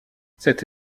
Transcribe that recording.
cette